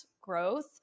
growth